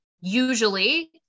usually